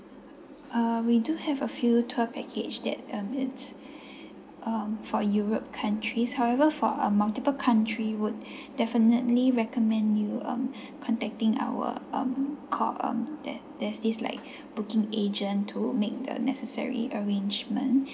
uh we do have a few tour package that um it's um for europe countries however for a multiple country would definitely recommend you um contacting our um call um there there's this like booking agent to make the necessary arrangements